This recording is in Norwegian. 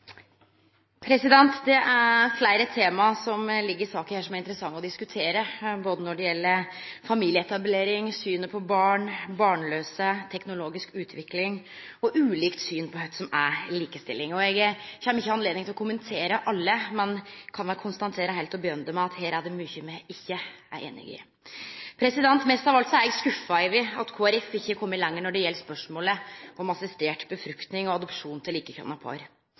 til. Det er fleire tema som ligg i denne saka, som er interessante å diskutere, både når det gjeld familieetablering, synet på barn, barnlause, teknologisk utvikling og ulikt syn på kva som er likestilling. Eg kjem ikkje til å ha anledning til å kommentere alle, men eg kan vel konstatere heilt til å begynne med at her er det mykje me ikkje er einig i. Mest av alt er eg skuffa over at Kristeleg Folkeparti ikkje har kome lenger når det gjeld spørsmålet om assistert befruktning og adopsjon for likekjønna par.